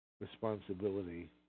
responsibility